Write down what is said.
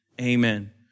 Amen